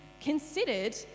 considered